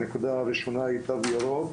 הנקודה הראשונה היא תו ירוק.